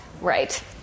Right